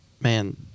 man